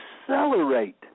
accelerate